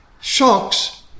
Sharks